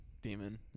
demon